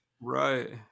right